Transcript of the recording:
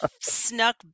snuck